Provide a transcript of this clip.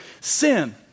sin